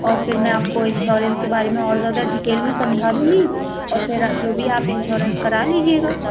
और फिर मैं आपको इन्श्योरेन्स के बारे में और ज़्यादा डिटेल में समझा दूँगी औ फिर आप जो भी आप इन्श्योरेन्स करा लीजिएगा